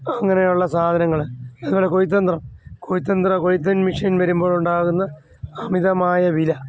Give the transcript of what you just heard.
അങ്ങനെ ഉള്ള സാധനങ്ങൾ അതുപോലെ കൊയ്ത്തു യന്ത്രം കൊയ്ത്തിങ്ങ് മെഷിൻ വരുമ്പോഴുണ്ടാകുന്ന അമിതമായ വില